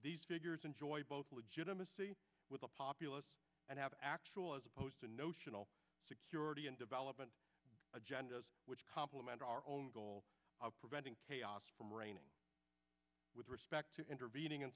these figures enjoy both legitimacy with the populace and have actual as opposed to notional security and development agendas which complement our own goal of preventing chaos from reigning with respect to intervening in